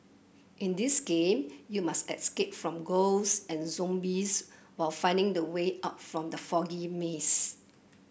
in this game you must escape from ghosts and zombies while finding the way out from the foggy maze